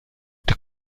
die